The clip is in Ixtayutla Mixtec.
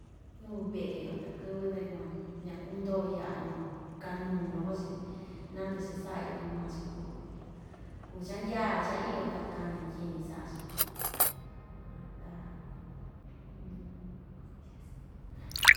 Ñɨvɨ ve'e‑yo takɨ́vɨ ta yukuan ña‑kuu ndoo ya'a yukuan kanuu loko‑chi nandɨ'ɨ cha‑sa'a‑yo tyi maa‑chi kuu kuu cha‑ndyaa cha‑iyo ta kaña tyiñu sa'a‑chi ta.